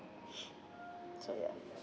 so ya